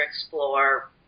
explore